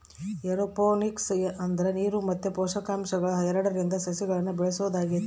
aeroponics ಅಂದ್ರ ನೀರು ಮತ್ತೆ ಪೋಷಕಾಂಶಗಳು ಎರಡ್ರಿಂದ ಸಸಿಗಳ್ನ ಬೆಳೆಸೊದಾಗೆತೆ